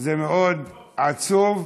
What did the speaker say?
זה מאוד עצוב.